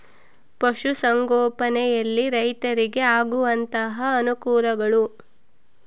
ಪಶುಸಂಗೋಪನೆಯಲ್ಲಿ ರೈತರಿಗೆ ಆಗುವಂತಹ ಅನುಕೂಲಗಳು?